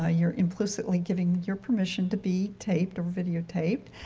ah you're implicitly giving your permission to be taped, videotaped,